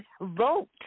vote